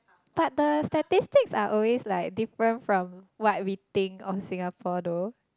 but the statistics are always like different from what we think of Singapore though